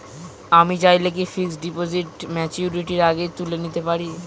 আমি চাইলে কি ফিক্সড ডিপোজিট ম্যাচুরিটির আগেই তুলে নিতে পারি?